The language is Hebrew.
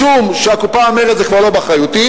משום שהקופה אומרת: זה כבר לא באחריותי,